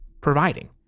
providing